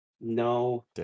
No